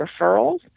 referrals